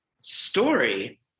Story